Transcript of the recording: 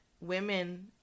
women